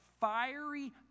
fiery